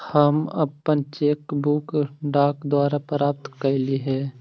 हम अपन cheque book डाक द्वारा प्राप्त कईली हे